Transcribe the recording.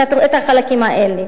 את החלקים האלה: